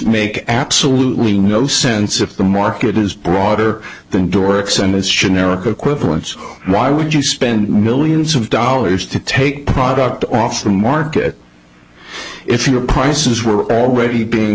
make absolutely no sense if the market is broader than dorks and as generic equivalents why would you spend millions of dollars to take the product off the market if your prices were already being